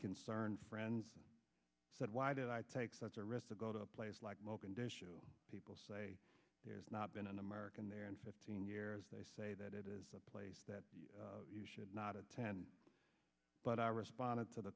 concern friends said why did i take such a risk to go to a place like mo conditio people say there's not been an american there in fifteen years they say that it is a place that you should not attend but i responded to the